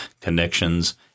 connections